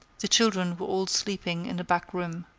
the children were all sleeping in a back room.